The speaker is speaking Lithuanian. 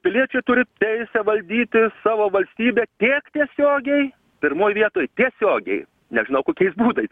piliečiai turi teisę valdyti savo valstybę tiek tiesiogiai pirmoj vietoj tiesiogiai nežinau kokiais būdais